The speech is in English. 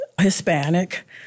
Hispanic